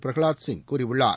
பிரஹவாத் சிங் கூறியுள்ளார்